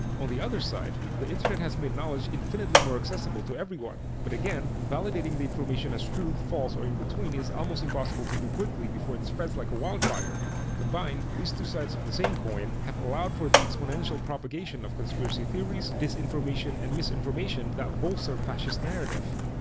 on the other side, the internet has made knowledge infinitely more accessible to everyone, but again, validating the information as true, false or in between is almost impossible to do quickly before it spreads like a wildfire. combined, these two sides of the same coin have allowed for the exponential propagation of conspiracy theories, disinformation and misinformation that bolster fascist narrative.